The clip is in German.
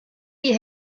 die